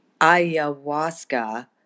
ayahuasca